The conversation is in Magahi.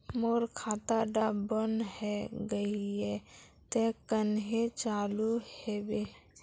मोर खाता डा बन है गहिये ते कन्हे चालू हैबे?